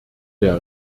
der